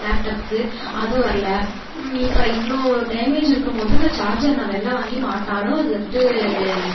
லேப்டப்க்கு அது வரல இப்போ இவ்வளோ டேமேஜ் இருக்கும்போது இந்த சார்ஜர் நான் வெளில வாங்கி மாட்டினாலும் அது வந்துட்டு